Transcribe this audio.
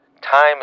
time